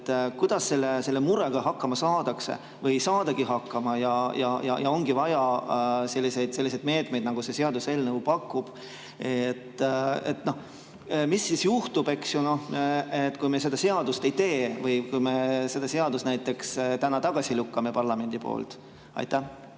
kuidas selle murega hakkama saadakse? Või ei saadagi hakkama ja ongi vaja selliseid meetmeid, nagu see seaduseelnõu pakub? Mis siis juhtub, kui me seda seadust ei tee või kui me selle seaduse näiteks täna parlamendis tagasi lükkame? Aitäh!